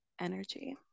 energy